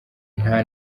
nta